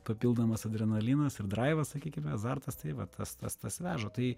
papildomas adrenalinas ir draivas sakykime azartas tai vat tas tas tas veža tai